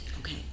okay